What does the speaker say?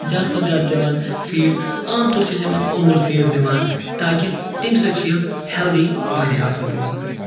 زیادٕ کھۄتہٕ زیادٕ دِوان فیٖڈ عام طور چھِ أسۍ یِمَن اوٚموٗل فیٖڈ دِوان تاکہِ تمہِ سۭتۍ چھِ یِم ہٮ۪لدی واریاہ اَصٕل روزان